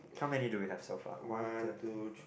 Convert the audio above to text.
how many do we have so far one two three four